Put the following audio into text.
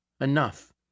enough